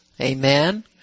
Amen